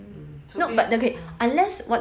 hmm 除非 hmm